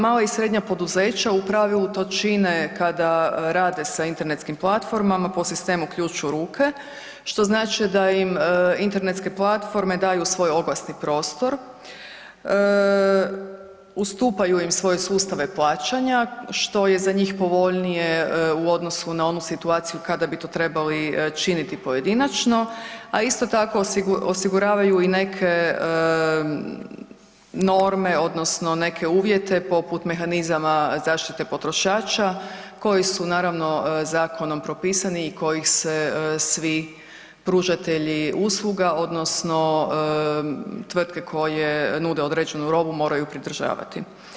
Mala i srednja poduzeća u pravilu to čine kada rade sa internetskim platformama po sistemu ključ u ruke što znači da im internetske platforme daju svoj oglasni prostor, ustupaju im svoje sustave plaćanja što je za njih povoljnije u odnosu na onu situaciju kada bi to trebali činiti pojedinačno, a isto tako osiguravaju neke norme odnosno uvjete poput mehanizama zaštite potrošača koji su naravno zakonom propisani i kojih se svi pružatelji usluga odnosno tvrtke koje nude određenu robu moraju pridržavati.